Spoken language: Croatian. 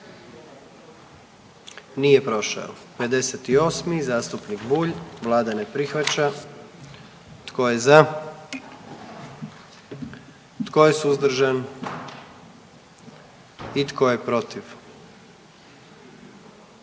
44. Kluba zastupnika SDP-a, vlada ne prihvaća. Tko je za? Tko je suzdržan? Tko je protiv?